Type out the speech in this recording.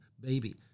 baby